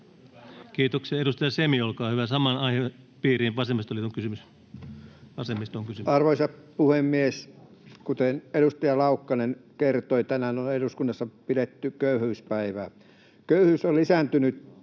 kysymys. — Edustaja Semi, olkaa hyvä. Arvoisa puhemies! Kuten edustaja Laukkanen kertoi, tänään on eduskunnassa pidetty köyhyyspäivää. Köyhyys on lisääntynyt